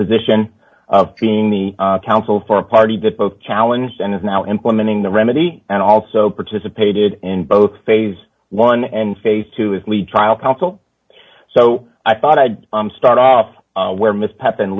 position of being the counsel for a party that both challenged and is now implementing the remedy and also participated in both phase one and phase two is lead trial counsel so i thought i'd start off where ms pathan